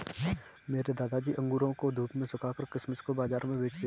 मेरे दादाजी अंगूरों को धूप में सुखाकर किशमिश को बाज़ार में बेचते थे